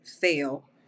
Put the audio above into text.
fail